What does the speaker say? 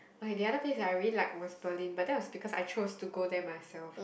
okay the other place that I really like was Berlin but that was because I chose to go there myself